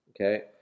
Okay